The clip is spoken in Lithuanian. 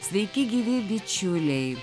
sveiki gyvi bičiuliai